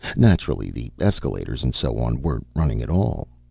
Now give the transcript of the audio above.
naturally the escalators and so on weren't running at all.